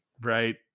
right